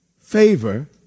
favor